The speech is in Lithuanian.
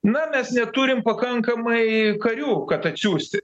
na mes neturim pakankamai karių kad atsiųsti